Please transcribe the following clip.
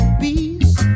peace